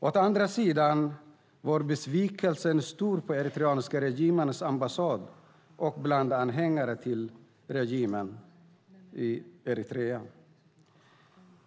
Besvikelsen var å andra sidan stor på den eritreanska regimens ambassad och bland anhängare till regimen i Eritrea.